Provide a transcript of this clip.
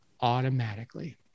automatically